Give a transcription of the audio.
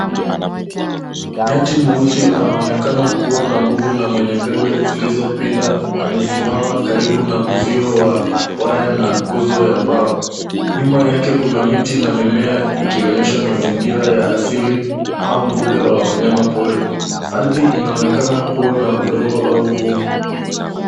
Nyati mweusi anaonekana kuwa na nguvu na mwenye pembe zilizopinda, amesimama karibu na uzio wa waya na nguzo ya mbao. Nyuma yake kuna miti na mimea ikionyesha mazingira , ya asili au mbuga wa wanyama pori ,ardhi inaonekana kuwa na udongo au vumbi.